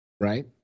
Right